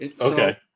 Okay